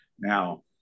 now